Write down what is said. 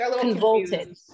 convoluted